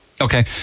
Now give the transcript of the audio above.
Okay